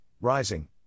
Rising